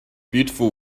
beautiful